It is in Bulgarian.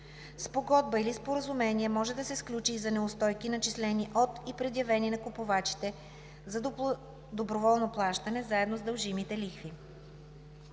Спогодба или споразумение може да се сключи и за неустойки, начислени от и предявени на купувачите за доброволно плащане, заедно с дължимите лихви.